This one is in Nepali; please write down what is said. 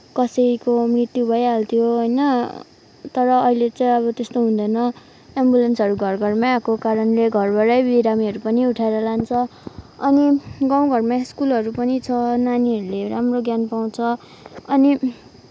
कसैको मृत्यु भइहाल्थ्यो होइन तर अहिले चाहिँ अब त्यस्तो हुँदैन एम्बुलेन्सहरू घर घरमै आएको कारणले घरबाटै बिरामीहरू पनि उठाएर लान्छ अनि गाउँ घरमा स्कुलहरू पनि छ नानीहरूले राम्रो ज्ञान पाउँछ